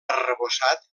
arrebossat